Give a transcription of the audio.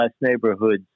neighborhoods